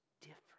different